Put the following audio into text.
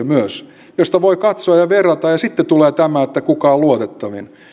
myös yleisradio josta voi katsoa ja verrata ja sitten tulee tämä että kuka on luotettavin